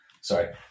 Sorry